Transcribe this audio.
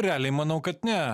realiai manau kad ne